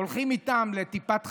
הולכות איתן לטיפת חלב,